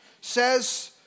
says